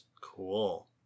Cool